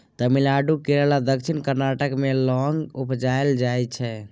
तमिलनाडु, केरल आ दक्षिण कर्नाटक मे लौंग उपजाएल जाइ छै